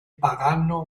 pagano